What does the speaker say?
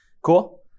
Cool